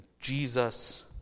Jesus